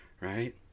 right